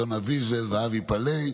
יונה ויזל ואבי פלאי.